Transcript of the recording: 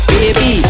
Baby